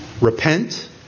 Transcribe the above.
repent